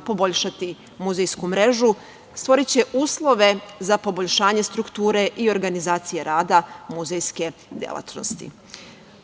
poboljšati muzejsku mrežu, stvoriće uslove za poboljšanje strukture i organizacije rada muzejske delatnosti.